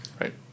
right